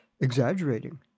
exaggerating